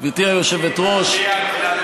גברתי היושבת-ראש, על פי הכללים